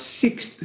sixth